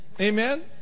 Amen